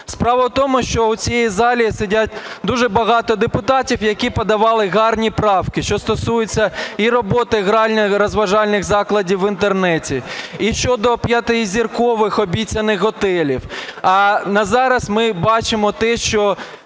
Справа в тому, що в цій залі сидить дуже багато депутатів, які подавали гарні правки, що стосується, і роботи гральних розважальних закладів в Інтернеті, і щодо п'ятизіркових обіцяних готелів. А на зараз ми бачимо те, що